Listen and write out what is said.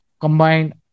combined